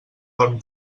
dorm